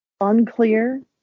unclear